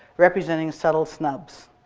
representing subtle snubs.